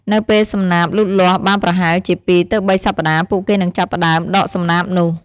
នៅពេលសំណាបលូតលាស់បានប្រហែលជាពីរទៅបីសប្តាហ៍ ពួកគេនឹងចាប់ផ្តើមដកសំណាបនោះ។